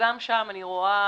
שגם שם אני רואה